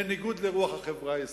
בניגוד לרוח החברה הישראלית.